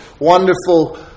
wonderful